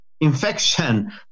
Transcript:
infection